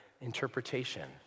interpretation